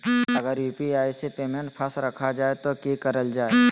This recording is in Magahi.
अगर यू.पी.आई से पेमेंट फस रखा जाए तो की करल जाए?